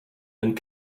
and